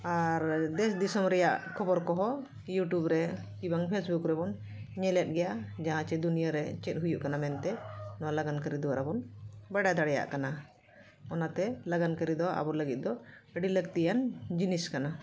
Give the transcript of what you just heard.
ᱟᱨ ᱫᱮᱥ ᱫᱤᱥᱚᱢ ᱨᱮᱱᱟᱜ ᱠᱷᱚᱵᱚᱨ ᱠᱚᱦᱚᱸ ᱤᱭᱩᱴᱤᱭᱩᱵᱽ ᱨᱮ ᱠᱤᱵᱟᱝ ᱯᱷᱮᱥᱵᱩᱠ ᱨᱮᱵᱚᱱ ᱧᱮᱞᱮᱫ ᱜᱮᱭᱟ ᱡᱟᱦᱟᱸ ᱪᱮᱫ ᱫᱩᱱᱤᱭᱟᱹ ᱨᱮ ᱪᱮᱫ ᱦᱩᱭᱩᱜ ᱠᱟᱱᱟ ᱢᱮᱱᱛᱮ ᱱᱚᱣᱟ ᱞᱟᱜᱟᱱ ᱠᱟᱹᱨᱤ ᱫᱚᱣᱟᱨᱟ ᱵᱚᱱ ᱵᱟᱰᱟᱭ ᱫᱟᱲᱮᱭᱟᱜ ᱠᱟᱱᱟ ᱚᱱᱟᱛᱮ ᱞᱟᱜᱟᱱ ᱠᱟᱹᱨᱤ ᱫᱚ ᱟᱵᱚ ᱞᱟᱹᱜᱤᱫ ᱫᱚ ᱟᱹᱰᱤ ᱞᱟᱹᱠᱛᱤᱭᱟᱱ ᱡᱤᱱᱤᱥ ᱠᱟᱱᱟ